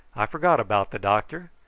i forgot about the doctor.